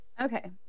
Okay